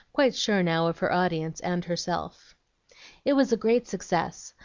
quite sure now of her audience and herself it was a great success.